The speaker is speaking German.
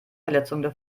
verletzungen